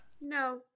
No